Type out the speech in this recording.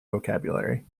vocabulary